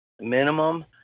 minimum